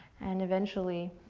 and eventually,